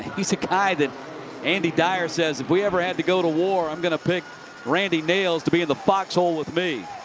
he's a guy that andy dyer says if we ever had to go to war, i'm going to pick randy nails to be in the fox hole with me.